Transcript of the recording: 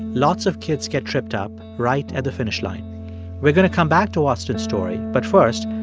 lots of kids get tripped up right at the finish line we're going to come back to austin's story. but first,